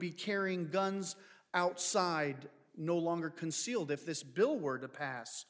be carrying guns outside no longer concealed if this bill were to pass